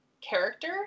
character